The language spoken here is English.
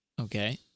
Okay